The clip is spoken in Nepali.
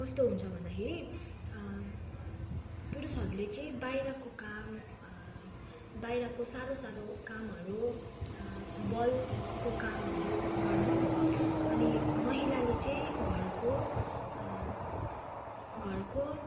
कस्तो हुन्छ भन्दाखेरि पुरुषहरूले चाहिँ बाहिरको काम बाहिरको साह्रो साह्रो कामहरू बलको कामहरू गर्नु अनि महिलाले चाहिँ घरको घरको